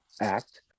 Act